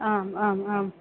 आम् आम् आम्